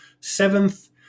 seventh